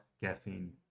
caffeine